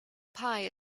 pie